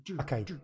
Okay